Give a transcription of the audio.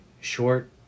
short